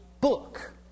book